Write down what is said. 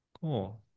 Cool